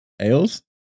ales